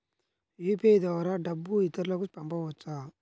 UPI ద్వారా డబ్బు ఇతరులకు పంపవచ్చ?